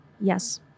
Yes